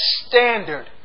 standard